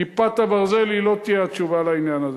"כיפת ברזל" לא תהיה התשובה לעניין הזה,